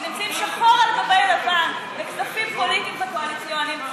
שנמצאים שחור על גבי לבן בכספים פוליטיים וקואליציוניים,